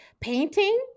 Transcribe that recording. painting